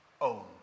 own